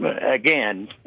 again